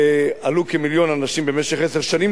ועלו כמיליון אנשים במשך עשר שנים,